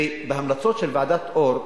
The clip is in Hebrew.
בהמלצות של ועדת-אור,